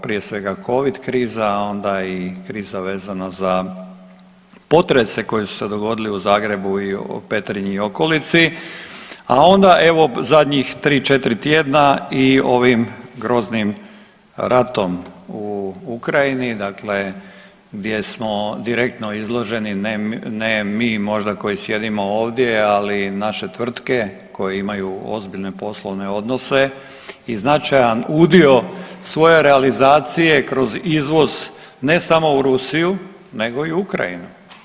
Prije svega Covid kriza, a onda i kriza vezana za potrese koji su se dogodili u Zagrebu i Petrinji i okolici, a onda evo zadnjih 3-4 tjedna i ovim groznim ratom u Ukrajini dakle gdje smo direktno izloženi ne mi možda koji sjedimo ovdje ali naše tvrtke koje imaju ozbiljne poslovne odnose i značajan udio svoje realizacije kroz izvoz ne samo u Rusiju nego i Ukrajinu.